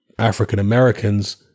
African-Americans